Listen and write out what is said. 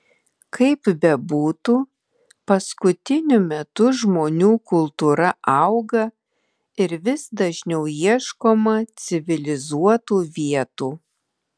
kaip bebūtų paskutiniu metu žmonių kultūra auga ir vis dažniau ieškoma civilizuotų vietų